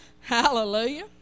Hallelujah